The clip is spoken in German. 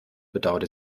bedauerte